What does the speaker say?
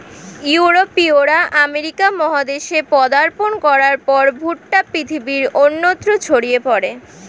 ইউরোপীয়রা আমেরিকা মহাদেশে পদার্পণ করার পর ভুট্টা পৃথিবীর অন্যত্র ছড়িয়ে পড়ে